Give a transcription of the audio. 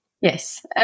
yes